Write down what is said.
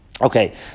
Okay